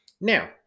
Now